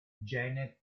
janet